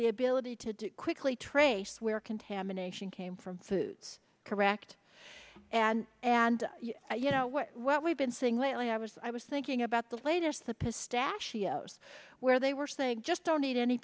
the ability to do it quickly trace where contamination came from foods correct and and you know what what we've been seeing lately i was i was thinking about the latest the pistachios where they were saying just don't need any